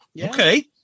okay